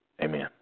amen